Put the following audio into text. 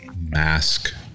mask